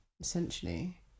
essentially